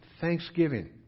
thanksgiving